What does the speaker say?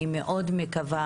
אני מאוד מקווה